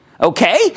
Okay